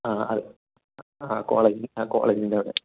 ആ അ ആ കോളേജ് ആ കോളേജിൻ്റെ അവിടെ